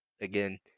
again